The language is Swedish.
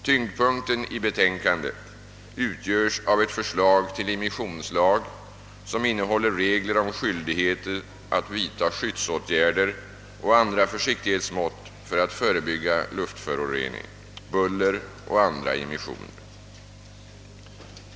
Tyngdpunkten i betänkandet utgörs av ett förslag till immissionslag som innehåller regler om skyldighet att vidta skyddsåtgärder och andra försiktighetsmått för att förebygga luftförorening, buller och andra immissioner.